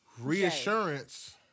reassurance